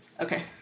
Okay